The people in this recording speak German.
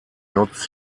nutzt